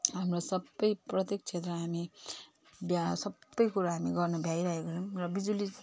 हाम्रो सबै प्रत्येक क्षेत्रमा हामी भ्या सबै कुरा हामी गर्न भ्याइरहेका छौँ र बिजुली